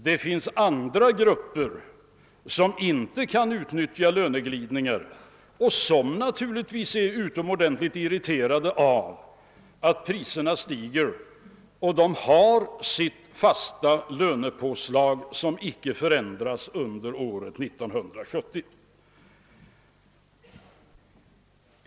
Det finns andra grupper som inte kan utnyttja löneglidningarna och som naturligtvis är utomordentligt irriterade av att priserna stiger medan de har sitt fasta lönepåslag som inte förändras under år 1970.